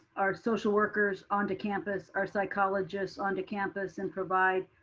our social workers onto campus, our psychologists onto campus and provide.